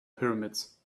pyramids